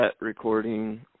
recording